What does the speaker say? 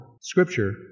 Scripture